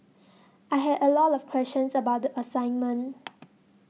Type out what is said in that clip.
I had a lot of questions about the assignment